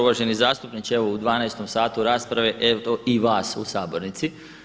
Uvaženi zastupniče, evo u 12-tom satu rasprave evo i vas u sabornici.